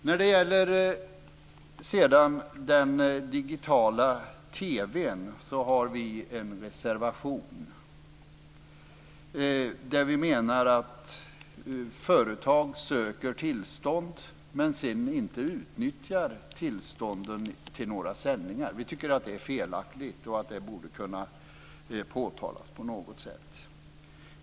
När det sedan gäller den digitala TV:n har vi en reservation, där vi menar att företag söker tillstånd men sedan inte utnyttjar tillstånden till några sändningar. Vi tycker att det är felaktigt och att det borde kunna påtalas på något sätt.